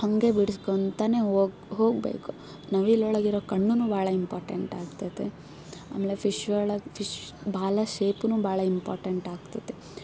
ಹಾಗೆ ಬಿಡ್ಸ್ಕೊಳ್ತಲೇ ಹೋಗಿ ಹೋಗಬೇಕು ನವಿಲೊಳಗಿರೊ ಕಣ್ಣೂ ಭಾಳ ಇಂಪೋರ್ಟೆಂಟ್ ಆಗ್ತದೆ ಆಮೇಲೆ ಫಿಶ್ ಒಳಗೆ ಫಿಶ್ ಬಾಲ ಶೇಪ್ನು ಭಾಳ ಇಂಪೋರ್ಟೆಂಟ್ ಆಗ್ತದೆ